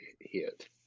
hit